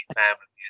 family